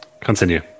continue